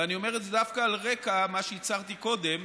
ואני אומר את זה דווקא על רקע מה שהצהרתי קודם,